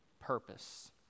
purpose